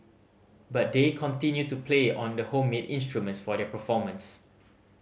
but they continue to play on the homemade instruments for their performance